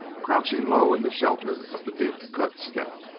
crouching low in the shelter of the deep-cut step.